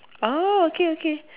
oh okay okay